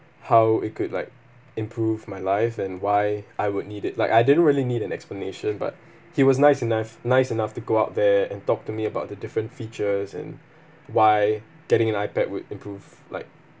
how it could like improve my life and why I would need it like I didn't really need an explanation but he was nice enough nice enough to go out there and talk to me about the different features and why getting an iPad would improve like